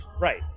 Right